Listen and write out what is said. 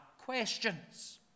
questions